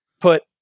put